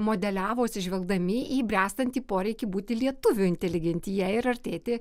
modeliavo atsižvelgdami į bręstantį poreikį būti lietuvių inteligentija ir artėti